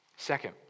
Second